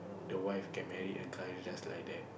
the wife can marry a guy with just like that